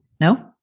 no